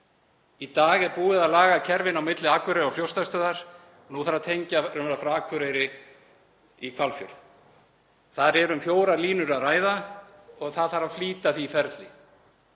Í dag er búið að laga kerfin á milli Akureyrar og Fljótsdalsstöðvar og nú þarf að tengja frá Akureyri yfir í Hvalfjörð. Þar er um fjórar línur að ræða og það þarf að flýta því ferli.